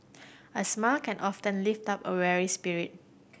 a smile can often lift up a weary spirit